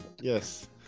Yes